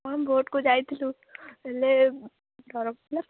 ହଁ ମୁଁ ବୋଟ୍କୁ ଯାଇଥିଲୁ ହେଲେ ବରଫ